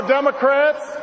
Democrats